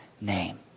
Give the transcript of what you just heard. name